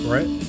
Right